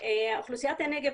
אוכלוסיית הנגב